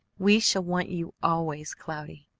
we shall want you always, cloudy!